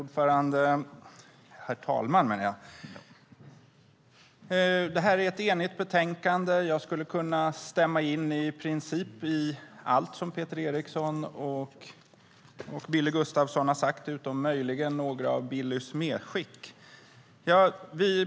Herr talman! Det här är ett enigt betänkande. Jag skulle kunna stämma in i princip allt som Peter Eriksson och Billy Gustafsson har sagt, utom möjligen några av Billys medskick.